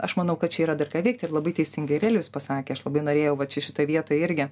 aš manau kad čia yra dar ką veikt ir labai teisingai ir elijus pasakė aš labai norėjau va čia šitoj vietoj irgi